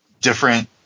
different